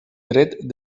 dret